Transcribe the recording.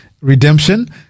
redemption